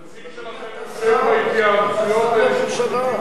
אבל הנציג שלכם משתתף בהתייעצויות האלה,